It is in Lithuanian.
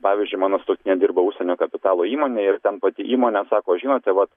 pavyzdžiui mano sutuoktinė dirba užsienio kapitalo įmonėj ir ten pati įmonė sako žinote vat